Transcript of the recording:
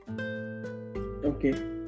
Okay